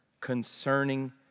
concerning